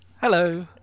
Hello